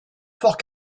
fort